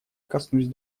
коснусь